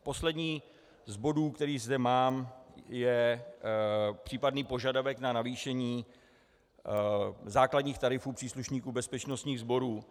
Poslední z bodů, který zde mám, je případný požadavek na zvýšení základních tarifů příslušníků bezpečnostních sborů.